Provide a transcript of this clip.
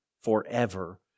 forever